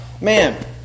Man